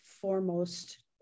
foremost